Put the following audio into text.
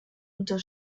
unter